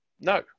no